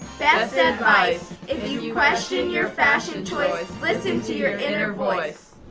best advice, if you question your fashion choice, listen to your inner voice.